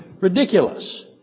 ridiculous